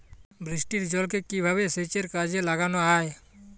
বৃষ্টির জলকে কিভাবে সেচের কাজে লাগানো য়ায়?